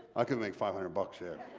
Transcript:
i could make five hundred bucks here.